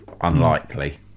unlikely